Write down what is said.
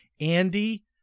Andy